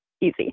easy